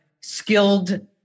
skilled